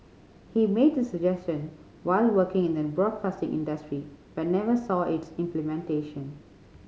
he made the suggestion while working in the broadcasting industry but never saw its implementation